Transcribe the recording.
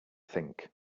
think